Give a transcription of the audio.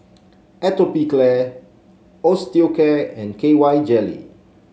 Atopiclair Osteocare and K Y Jelly